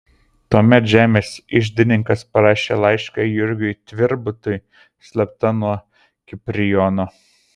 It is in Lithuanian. tuomet žemės iždininkas parašė laišką jurgiui tvirbutui slapta nuo kiprijono